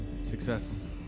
Success